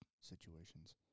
situations